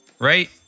Right